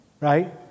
right